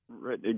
Right